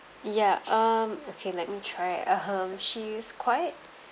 ya um okay let me try (uh huh) she is quite